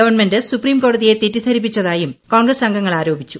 government സുപ്രീംകോടതിയെ തെറ്റിദ്ധരിപ്പിച്ചതായും കോൺഗ്രസ് അംഗങ്ങൾ ആരോപിച്ചു